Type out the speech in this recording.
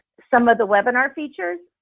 some of the webinar features.